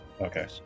Okay